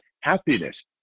happiness